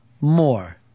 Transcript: more